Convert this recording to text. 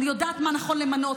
אני יודעת מה נכון למנות,